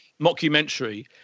mockumentary